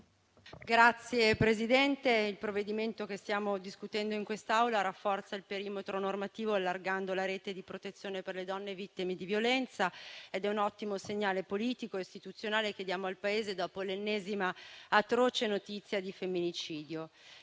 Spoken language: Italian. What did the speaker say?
Signor Presidente, il provvedimento che stiamo discutendo in quest'Aula rafforza il perimetro normativo, allargando la rete di protezione per le donne vittime di violenza, ed è un ottimo segnale politico e istituzionale che diamo al Paese dopo l'ennesima atroce notizia di femminicidio.